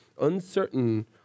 uncertain